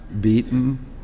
beaten